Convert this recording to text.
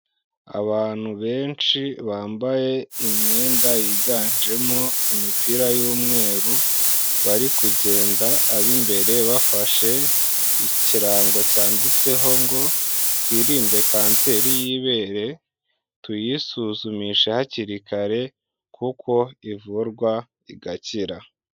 Abantu benshi bambaye imyenda yiganjemo imipira y'umweru, bari kugenda, ab'imbere bafashe ikirango cyanditseho ngo twirinde kanseri y'ibere, tuyisuzumishe hakiri kare, kuko ivurwa igakira.